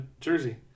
jersey